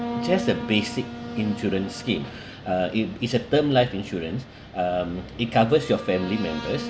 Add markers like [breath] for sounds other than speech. just the basic insurance scheme [breath] uh it it's a term life insurance um it covers your family members